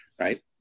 Right